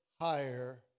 higher